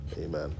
Amen